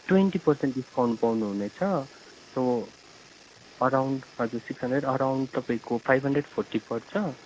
twenty percent discount पाउनुहुनेछ so around हजुर six hundred around तपाईँको फाइभ हन्ड्रेड फोर्टी पर्छ